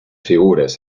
figures